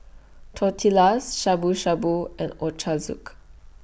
Tortillas Shabu Shabu and Ochazuke